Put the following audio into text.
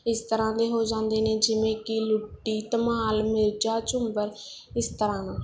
ਇਸ ਤਰ੍ਹਾਂ ਦੇ ਹੋ ਜਾਂਦੇ ਨੇ ਜਿਵੇਂ ਕਿ ਲੁੱਡੀ ਧਮਾਲ ਮਿਰਜਾ ਝੁੰਮਰ ਇਸ ਤਰ੍ਹਾਂ ਨਾਲ